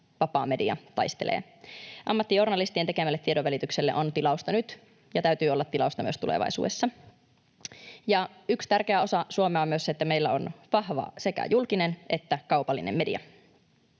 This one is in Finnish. vapaa media taistelee. Ammattijournalistien tekemälle tiedonvälitykselle on tilausta nyt ja täytyy olla tilausta myös tulevaisuudessa. Yksi tärkeä osa Suomea on myös se, että meillä on vahva sekä julkinen että kaupallinen media.